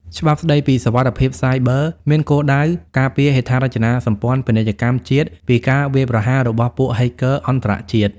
ច្បាប់ស្ដីពីសុវត្ថិភាពសាយប័រ មានគោលដៅការពារហេដ្ឋារចនាសម្ព័ន្ធពាណិជ្ជកម្មជាតិពីការវាយប្រហាររបស់ពួក Hacker អន្តរជាតិ។